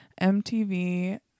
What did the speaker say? MTV